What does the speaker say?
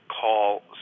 call